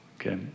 okay